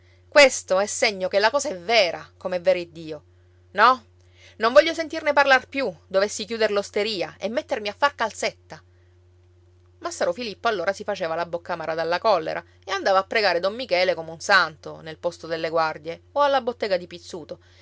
questo è segno che la cosa è vera com'è vero iddio no non voglio sentirne parlar più dovessi chiuder l'osteria e mettermi a far calzetta massaro filippo allora si faceva la bocca amara dalla collera e andava a pregare don michele come un santo nel posto delle guardie o nella bottega di pizzuto